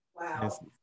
Wow